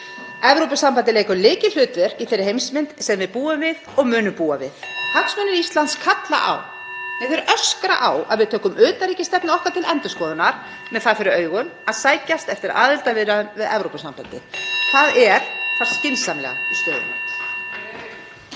Evrópusambandið leikur lykilhlutverk í þeirri heimsmynd sem við búum við og munum búa við. (Forseti hringir.) Hagsmunir Íslands kalla á, öskra á, að við tökum utanríkisstefnu okkar til endurskoðunar með það fyrir augum að sækjast eftir aðildarviðræðum við Evrópusambandið. Það er það skynsamlega í stöðunni.